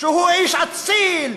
שהוא איש אציל,